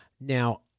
Now